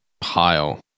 pile